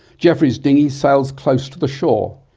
geoffrey's dinghy sails close to the shore.